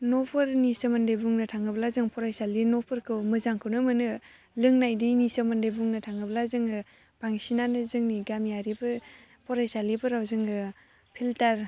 न'फोरनि सोमोन्दै बुंनो थाङोब्ला जों फरायसालि न'फोरखौ मोजांखौनो मोनो लोंनाय दैनि सोमोन्दै बुंनो थाङोब्ला जोङो बांसिनानो जोंनि गामियारिफो फरायसालिफोराव जोङो फिल्टार